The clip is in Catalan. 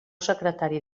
secretari